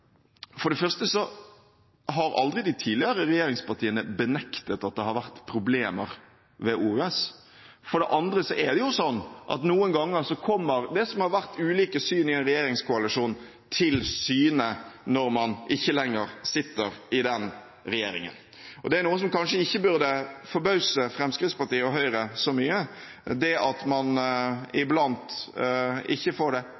det har vært problemer ved OUS. For det andre er det jo slik at noen ganger kommer det som har vært ulike syn i en regjeringskoalisjon, til syne når man ikke lenger sitter i den regjeringen. Det at man iblant ikke får det akkurat slik som man vil, er noe som kanskje ikke burde forbause Fremskrittspartiet og Høyre så mye – det